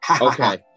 Okay